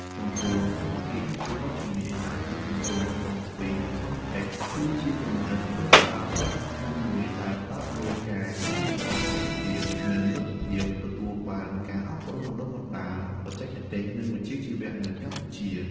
ចំពោះ កម្មវិធីអភិវឌ្ឍន៍ជំនាញ ដែលជាគម្រោងរបស់ ស្វីស ខនថេក Swisscontact គឺជាគំនិតផ្តួចផ្តើមដ៏សំខាន់មួយដែលផ្តោតលើការ កែលម្អគុណភាព និងលទ្ធភាពទទួលបានការអប់រំបណ្តុះបណ្តាលបច្ចេកទេស និងវិជ្ជាជីវៈ នៅកម្ពុជា។